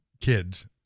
kids